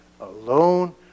alone